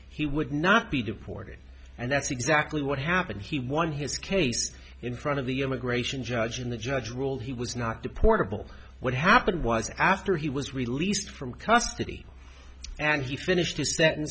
he would not be deported and that's exactly what happened he won his case in front of the immigration judge and the judge ruled he was not deportable what happened was after he was released from custody and he finished